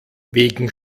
wegen